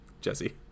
Jesse